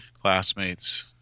classmates